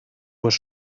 was